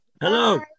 Hello